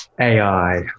AI